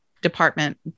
department